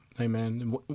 Amen